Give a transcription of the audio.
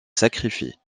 sacrifie